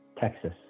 Texas